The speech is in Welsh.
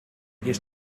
ges